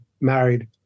married